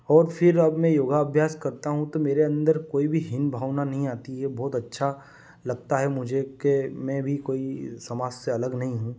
और फिर अब मैं योगाभ्यास करता हूँ तो मेरे अंदर कोई भी हीन भावना नहीं आती है बहत अच्छा लगता है मुझे के मैं भी कोई समाज से अलग नहीं हूँ